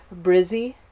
Brizzy